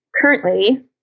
currently